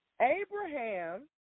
Abraham